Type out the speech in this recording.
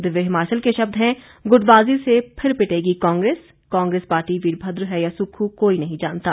दिव्य हिमाचल के शब्द हैं गुटबाजी से फिर पिटेगी कांग्रेस कांग्रेस पार्टी वीरभद्र है या सुक्ख् कोई नहीं जानता